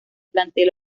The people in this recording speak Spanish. plantel